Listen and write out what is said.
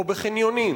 או בחניונים.